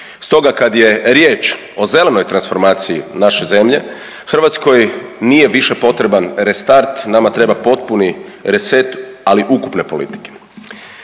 Stoga kad je riječ o zelenoj transformaciji naše zemlje Hrvatskoj više nije potreban restart nama treba potpuni reset ali ukupne politike.